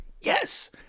Yes